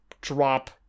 drop